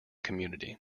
community